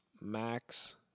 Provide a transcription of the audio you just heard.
Max